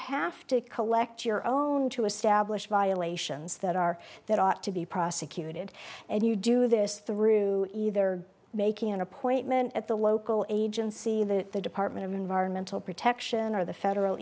have to collect your own to establish violations that are that ought to be prosecuted and you do this through either making an appointment at the local agency that the department of environmental protection or the federal